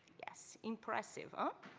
yes. impressive, huh?